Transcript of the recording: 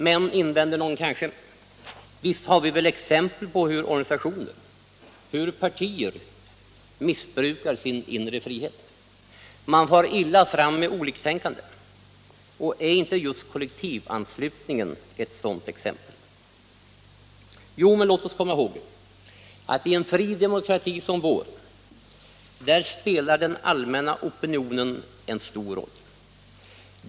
; Men, invänder kanske någon, visst har vi väl exempel på hur organisatioher och partier missbrukar sin frihet — man far illa fram med oliktänkande. Är inte just kollektivanslutning ett sådant exempel? Jo, men låt oss komma ihåg att i en fri 'demokrati som vår spelar den allmänna opinionen en stor roll.